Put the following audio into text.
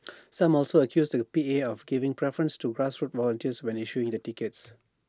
some also accused the P A of giving preference to grassroots volunteers when issuing the tickets